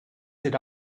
sit